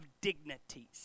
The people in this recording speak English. dignities